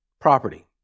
property